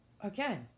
again